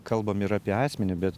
kalbam ir apie asmenį bet